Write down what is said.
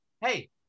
hey